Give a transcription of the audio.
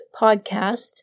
podcast